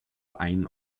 ein